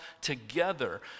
together